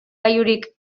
gailurrik